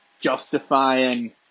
justifying